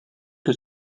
que